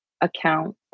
account